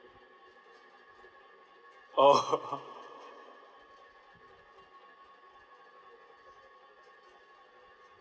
oh